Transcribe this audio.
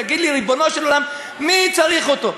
תגיד לי, ריבונו של עולם, מי צריך אותו?